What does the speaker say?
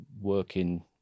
working